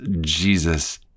Jesus